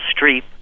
Streep